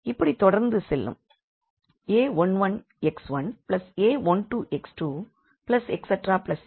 இப்படி தொடர்ந்து செல்லும் a11x1a12x2a1nxnb1